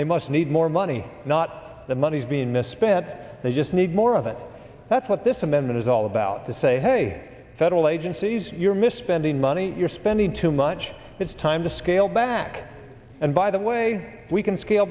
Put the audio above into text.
they must need more money not the money's being misspent they just need more of it that's what this amendment is all about to say hey federal agencies you're misspending money you're spending too much it's time to scale back and by the way we can scale